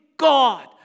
God